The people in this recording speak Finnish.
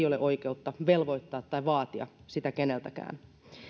ole oikeutta velvoittaa tai vaatia sitä keneltäkään